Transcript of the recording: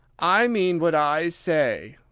i mean what i say,